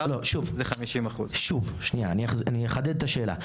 אני אחדד את השאלה.